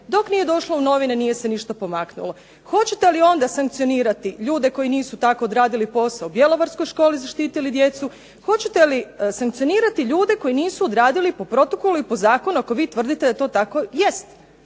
dok nije došlo u novine nije se ništa pomaknulo. Hoćete li onda sankcionirati ljude koji nisu tako odradili posao u bjelovarskoj školi, zaštitili djecu? Hoćete li sankcionirati ljude koji nisu odradili po protokolu i po zakonu, ako vi tvrdite da to tako jest?